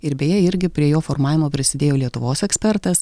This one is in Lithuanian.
ir beje irgi prie jo formavimo prisidėjo lietuvos ekspertas